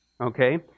Okay